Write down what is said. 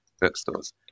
bookstores